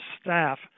staff